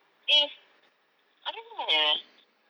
is I don't know eh